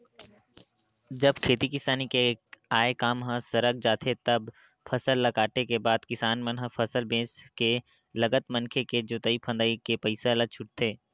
जब खेती किसानी के आय काम ह सरक जाथे तब फसल ल काटे के बाद किसान मन ह फसल बेंच के लगत मनके के जोंतई फंदई के पइसा ल छूटथे